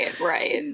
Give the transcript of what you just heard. right